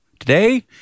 Today